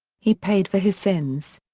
he paid for his sins.